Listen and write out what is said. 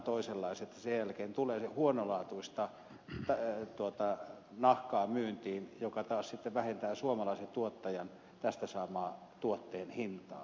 sen jälkeen tulee huonolaatuista nahkaa myyntiin mikä taas sitten vähentää suomalaisen tuottajan tästä saamaa tuotteen hintaa